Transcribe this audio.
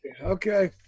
Okay